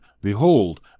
behold